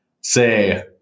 say